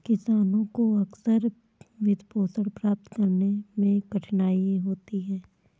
किसानों को अक्सर वित्तपोषण प्राप्त करने में कठिनाई होती है